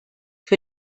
für